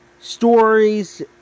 stories